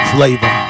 Flavor